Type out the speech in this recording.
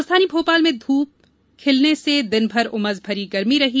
राजधानी भोपाल में धूल खिलने से दिन भर उमस भरी गरमी रही